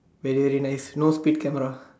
wait really nice no speed camera